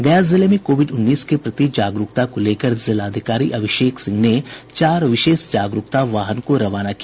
गया जिले में कोविड उन्नीस के प्रति जागरूकता को लेकर जिलाधिकारी अभिषेक सिंह ने चार विशेष जागरूकता वाहन को रवाना किया